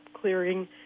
clearing